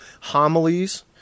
homilies